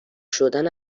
شدن